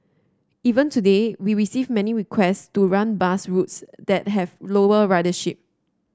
even today we receive many request to run bus routes that have lower ridership